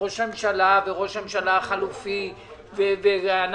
ראש הממשלה וראש הממשלה החליפי וכולנו,